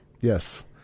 Yes